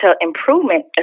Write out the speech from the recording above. Improvement